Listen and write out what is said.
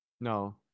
No